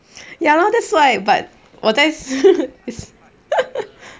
ya lor that's why but 我在